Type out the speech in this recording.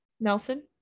Nelson